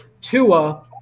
Tua